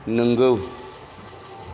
नोंगौ